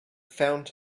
found